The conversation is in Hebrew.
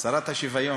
שרת השוויון.